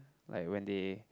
like when they